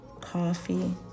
coffee